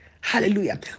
Hallelujah